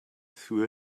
through